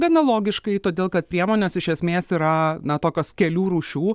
gana logiškai todėl kad priemonės iš esmės yra na tokios kelių rūšių